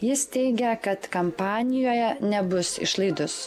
jis teigia kad kampanijoje nebus išlaidus